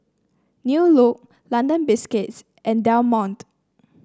New Look London Biscuits and Del Monte